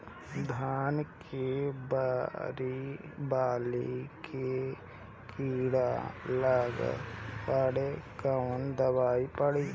धान के बाली में कीड़ा लगल बाड़े कवन दवाई पड़ी?